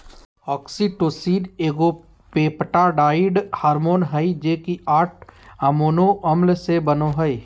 oxytocin एगो peptide hormone हइ जे कि आठ अमोनो अम्ल से बनो हइ